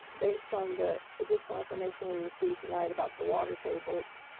based on the additional information we received tonight about the water tables,